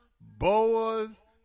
boas